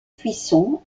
cuisson